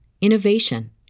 innovation